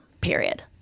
period